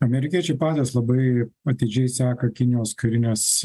amerikiečiai patys labai atidžiai seka kinijos karinės